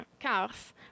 cars